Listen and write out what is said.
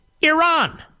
Iran